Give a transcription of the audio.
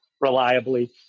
reliably